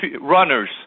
runners